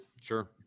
sure